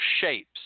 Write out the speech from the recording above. shapes